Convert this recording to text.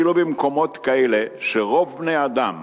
אפילו במקומות כאלה שרוב בני-האדם